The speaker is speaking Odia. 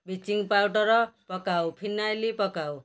ବ୍ଲିଚିଙ୍ଗ୍ ପାଉଡ଼ର୍ ପକାଉ ଫିନାଇଲ୍ ପକାଉ